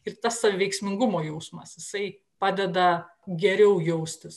ir tasai veiksmingumo jausmas jisai padeda geriau jaustis